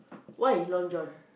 why Long John